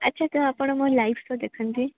ଆଛା ତ ଆପଣ ମୋ ଲାଇଭ୍ ସୋ ଦେଖନ୍ତି